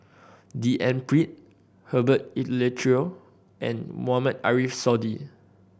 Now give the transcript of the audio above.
D N Pritt Herbert Eleuterio and Mohamed Ariff Suradi